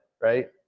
right